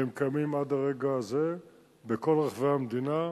והם קיימים עד הרגע הזה בכל רחבי המדינה.